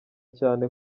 cyane